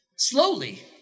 Slowly